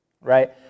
right